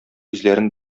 үзләрен